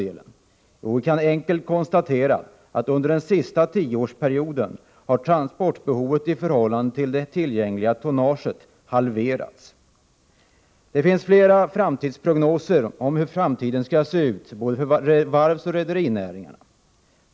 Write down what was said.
Vi kan helt enkelt konstatera att under denna tioårsperiod har transportbehovet i förhållande till det tillgängliga tonnaget halverats. Det finns flera prognoser om framtiden för varvsoch rederinäringarna.